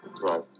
Right